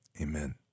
Amen